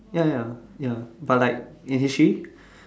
ya ya ya but like in history